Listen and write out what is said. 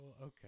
okay